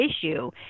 issue